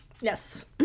Yes